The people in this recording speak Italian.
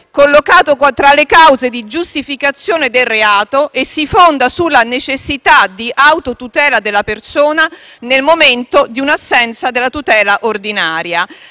collocato tra le cause di giustificazione del reato e fondato sulla necessità di autotutela della persona nel momento di un'assenza della tutela ordinaria.